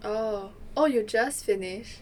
orh oh you just finish